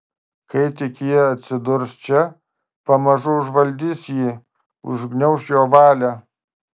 kai tik ji atsidurs čia pamažu užvaldys jį užgniauš jo valią